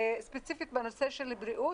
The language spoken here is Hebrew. שספציפית בנושא של בריאות.